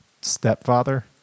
stepfather